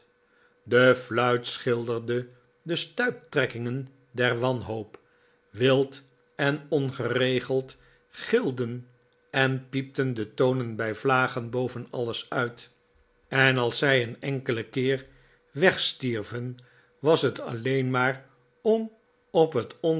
de fluit schilderde de stuiptrekkingen der wanhoop wild en ongeregeld gilden en piepten de tonen bij vlagen boven alles uit en als zij een enkelen keer wegstierven was het alleen maar om op het